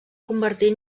convertir